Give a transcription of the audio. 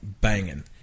banging